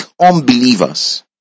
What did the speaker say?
unbelievers